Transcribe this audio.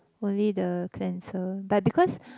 only the cleanser but because